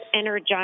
energize